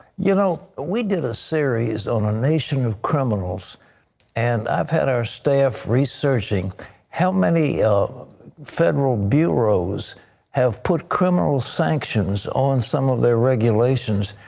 you know we did a series on a nation of criminals and i've had our staff researching how many federal bureaus have put criminal sanctions on some of their regulations.